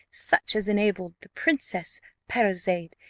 such as enabled the princess parizade,